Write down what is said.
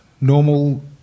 normal